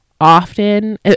often